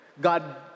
God